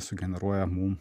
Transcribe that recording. sugeneruoja mum